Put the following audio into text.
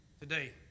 Today